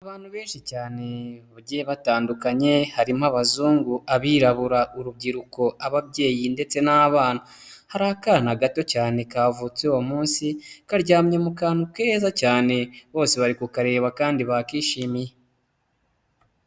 Abantu benshi cyane bagiye batandukanye harimo abazungu, abirabura, urubyiruko, ababyeyi ndetse n'abana. Hari akana gato cyane kavutse uwo munsi, karyamye mu kantu keza cyane bose bari kukareba kandi bakishimiye.